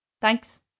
Thanks